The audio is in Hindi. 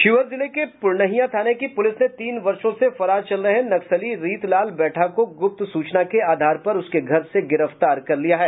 शिवहर जिले के प्रनहिया थाने की पुलिस ने तीन वर्षो से फरार चल रहे नक्सली रीत लाल बैठा को गुप्त सूचना के आधार पर उसके घर से गिरफ्तार कर लिया है